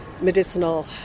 medicinal